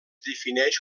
defineix